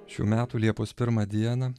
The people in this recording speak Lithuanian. šių metų liepos pirmą dieną